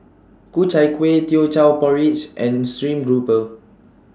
Ku Chai Kueh Teochew Porridge and Stream Grouper